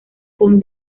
con